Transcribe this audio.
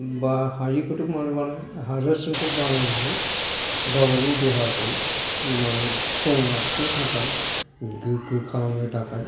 बा हायैखोथ' मानो बानायनो ना हाजासिमखौ बानायनानै गाबागाव देहाखौ माने स्ट्रं लाखिनो थाखाय गोगो खालामनो थाखाय